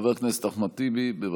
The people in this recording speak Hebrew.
חבר הכנסת אחמד טיב, בבקשה.